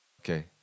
Okay